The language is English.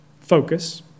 focus